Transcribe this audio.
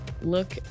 look